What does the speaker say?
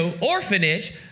orphanage